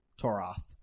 Toroth